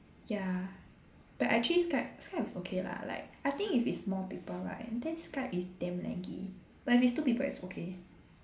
ya but actually Skype Skype is okay lah like I think if it's more people right then Skype is damn laggy but if it's two people it's okay